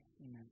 amen